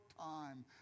time